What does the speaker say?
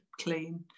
clean